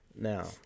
Now